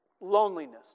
loneliness